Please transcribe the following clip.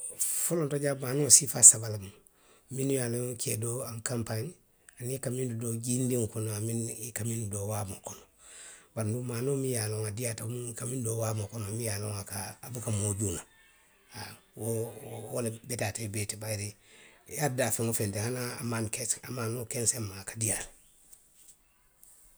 Folonto jaŋ maanoo siifaa saba lemu, minnu ye a loŋ nka i doo qw kanpaňi, aniŋ i ka minnu doo jiindiŋo kono aniŋ i ka miŋ doo waamoo kono, bari duŋ maanoo miŋ ye a loŋ a diiyaata wo mu nka miŋ doo waamoo kono, miŋ ye a loŋ a ka, a buka moo juuna, haa. Wo, wo. wo le beteyaata i bee ti bayiri. i ye a daa feŋ woo feŋ ti, hani a maani kese. hani a maanoo keseŋ maa, a ka diiyaa le,.